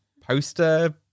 poster